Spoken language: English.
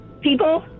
people